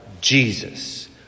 Jesus